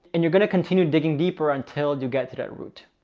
and you're going to continue digging deeper until you get to that root.